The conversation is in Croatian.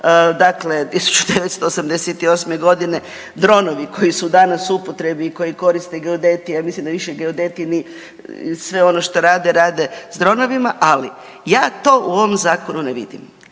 dakle, 1988. g. dronovi koji su danas u upotrebi i koji koriste geodeti, ja mislim da više geodeti ni sve ono što rade, rade s dronovima, ali ja to u ovom Zakonu ne vidim.